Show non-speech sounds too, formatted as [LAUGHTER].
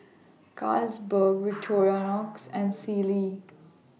Carlsberg [NOISE] Victorinox and Sealy